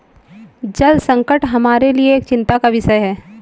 जल संकट हमारे लिए एक चिंता का विषय है